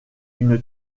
une